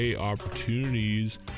opportunities